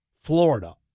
Florida